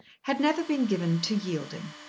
had never been given to yielding.